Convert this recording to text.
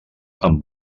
amb